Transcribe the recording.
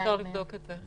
אפשר לבדוק את זה.